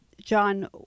John